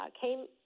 came